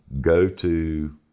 go-to